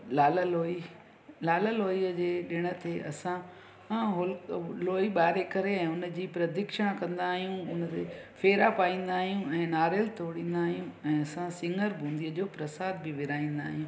लाललोई लाललोईअ जे ॾिण ते असां माहोलु लोई बारे करे ऐं हुनजी प्रदक्षिणा कंदा आहियूं हुन फेरा पाईंदा आहियूं ऐं नारियल तोॾींदा आहियूं ऐं असां सिङरु बुंदीअ जो प्रसाद बि विरिहाईंदा आहियूं